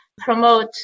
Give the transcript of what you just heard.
promote